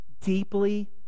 Deeply